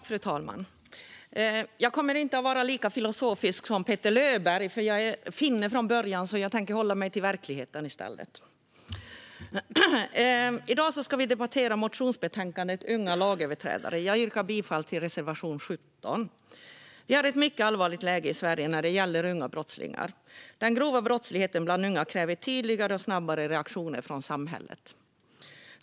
Fru talman! Jag kommer inte att vara lika filosofisk som Petter Löberg. Eftersom jag är finne från början tänker jag i stället hålla mig till verkligheten. I dag ska vi debattera motionsbetänkandet Unga lagöverträdare . Jag yrkar bifall till reservation 17. Det råder ett mycket allvarligt läge i Sverige när det gäller unga brottslingar. Den grova brottsligheten bland unga kräver tydligare och snabbare reaktioner från samhället.